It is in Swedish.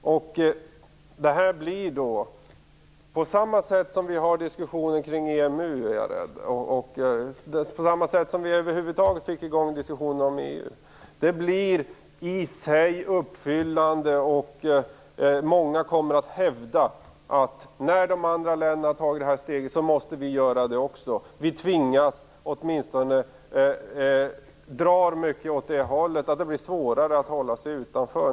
På samma sätt som vi har diskussioner kring EMU, på samma sätt som vi över huvud taget fick igång diskussionerna om EU, kommer detta i sig att uppfyllas. Många kommer att hävda att när de andra länderna har tagit steget, måste Sverige göra det också. Det blir svårare att hålla sig utanför.